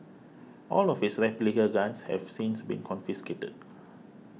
all of his replica guns have since been confiscated